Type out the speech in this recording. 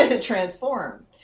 transform